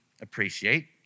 appreciate